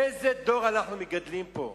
איזה דור אנחנו מגדלים פה?